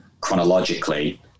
chronologically